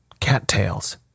cattails